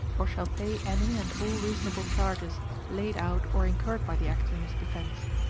or shall pay any and all reasonable charges laid out or incurred by the actor in his defense,